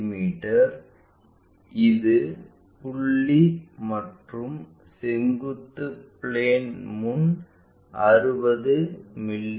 me இது புள்ளி மற்றும் செங்குத்து பிளேன் முன் 60 மி